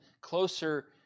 closer